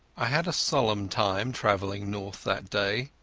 i had a solemn time travelling north that day.